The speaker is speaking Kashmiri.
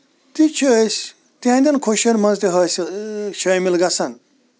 تہِ چھِ أسۍ تِہندٮ۪ن خوشٮین منٛز تہِ حٲصِل شٲمِل گژھن